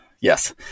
Yes